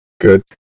Good